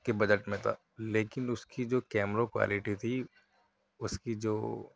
کے بجٹ میں تھا لیکن اس کی جو کیمرو کی کوالیٹی تھی اس کی جو